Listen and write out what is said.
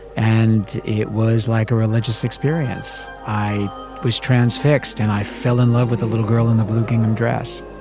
and it was like a religious experience. i was transfixed and i fell in love with a little girl in the blue gingham dress.